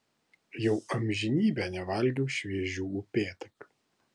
jau amžinybę nevalgiau šviežių upėtakių